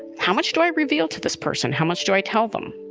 how much do i reveal to this person? how much do i tell them?